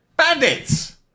Bandits